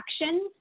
actions